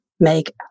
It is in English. make